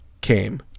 came